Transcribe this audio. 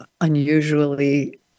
unusually